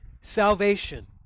salvation